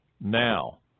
now